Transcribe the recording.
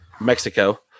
Mexico